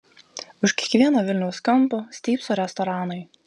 už kiekvieno vilniaus kampo stypso restoranai